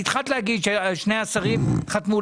התחלת להגיד ששני השרים חתמו.